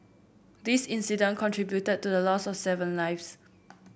this incident contributed to the loss of seven lives